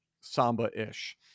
samba-ish